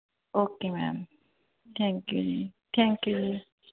okay ma'am thank you ਜੀ thank you ਜੀ